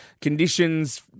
Conditions